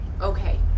Okay